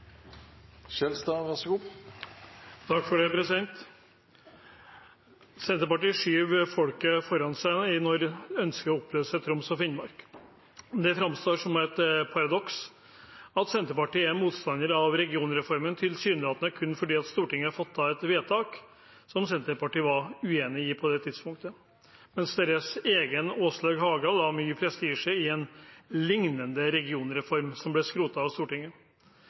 Finnmark. Det fremstår som et paradoks at Senterpartiet er motstander av regionreformen, tilsynelatende kun fordi Stortinget fattet et vedtak som Senterpartiet var uenige i på det tidspunktet, mens deres egen Åslaug Haga la mye prestisje i en liknende regionreform, som ble skrotet av Stortinget.